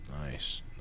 Nice